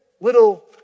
little